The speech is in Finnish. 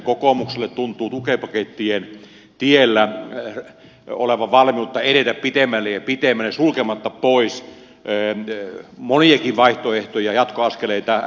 kokoomuksella tuntuu tukipakettien tiellä olevan valmiutta edetä pitemmälle ja pitemmälle sulkematta pois moniakaan vaihtoehtoja jatkoaskeleita